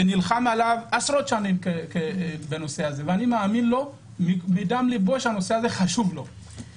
נלחם עליו עשרות שנים ואני מאמין לוש הנושא הזה חשוב לו מדם לבו.